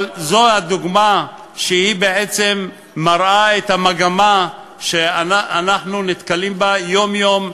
אבל זו הדוגמה שבעצם מראה את המגמה שאנחנו נתקלים בה יום-יום,